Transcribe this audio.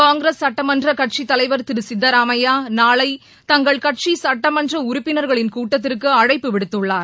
காங்கிரஸ் சட்டமன்ற கட்சித்தலைவர் திரு சித்தராமையா நாளை தங்கள் கட்சி சட்டமன்ற உறுப்பினர்களின் கூட்டத்திற்கு அழைப்பு விடுத்துள்ளார்